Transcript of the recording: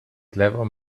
clever